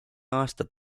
aastat